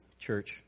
church